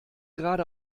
gerade